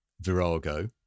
Virago